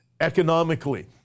economically